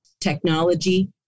technology